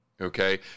Okay